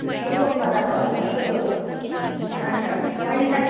شُکُر خۄدا صٲبَس کُن شُکُر اَچھا ؤنِو سا